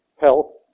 health